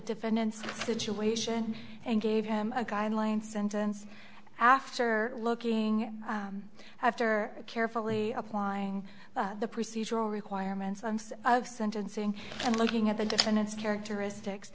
defendant's situation and gave him a guideline sentence after looking after carefully applying the procedural requirements and of sentencing and looking at the defendant's characteristics